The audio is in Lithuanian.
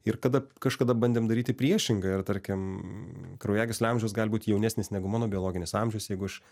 ir kada kažkada bandėm daryti priešingai ir tarkim kraujagyslių amžius gali būti jaunesnis negu mano biologinis amžius jeigu aš